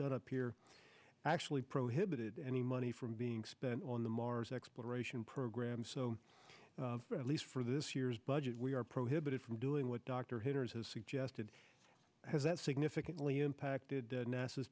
done up here actually prohibited any money from being spent on the mars exploration program so at least for this year's budget we are prohibited from doing what dr hitter's has suggested has that significantly impacted n